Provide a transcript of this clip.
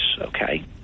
okay